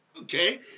Okay